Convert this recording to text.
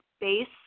base